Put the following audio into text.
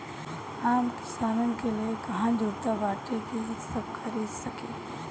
आम किसानन के लगे कहां जुरता बाटे कि इ सब खरीद सके